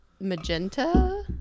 magenta